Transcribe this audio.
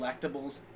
collectibles